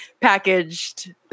packaged